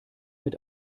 mit